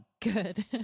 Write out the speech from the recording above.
Good